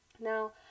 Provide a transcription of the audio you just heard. Now